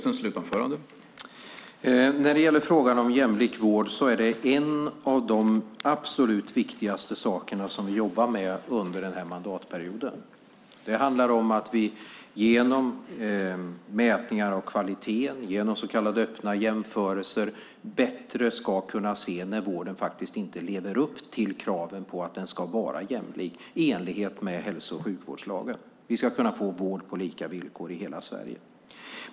Herr talman! När det gäller frågan om jämlik vård är det en av de absolut viktigaste saker som vi jobbar med under den här mandatperioden. Det handlar om att vi genom mätningar av kvaliteten, genom så kallade öppna jämförelser, bättre ska kunna se när vården inte lever upp till kravet att den ska vara jämlik i enlighet med hälso och sjukvårdslagen. Vi ska kunna få vård på lika villkor i hela Sverige.